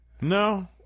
no